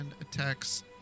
attacks